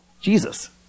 Jesus